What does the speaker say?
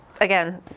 again